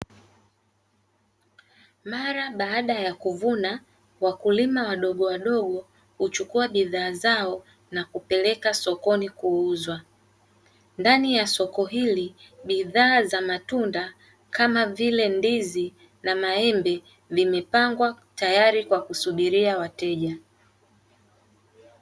Mara baada ya kuvuna wakulima wadogowadogo huchukua bidhaa zao na kupeleka sokoni kuuza, ndani a soko hili bidhaa za matunda kama vile ndizi na maembe vimepangwa tayari kwa kusubiria wateja.